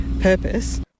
purpose